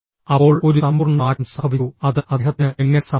അപ്പോൾ ഒരു സമ്പൂർണ്ണ മാറ്റം സംഭവിച്ചു അത് അദ്ദേഹത്തിന് എങ്ങനെ സംഭവിച്ചു